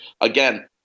Again